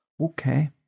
...okay